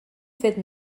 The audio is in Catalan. fet